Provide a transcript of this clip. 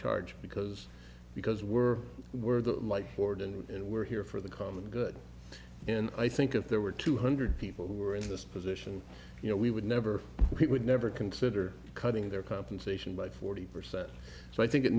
charge because because we're we're like ford and we're here for the common good and i think if there were two hundred people who were in this position you know we would never we would never consider cutting their compensation by forty percent so i think it